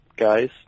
guys